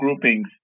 groupings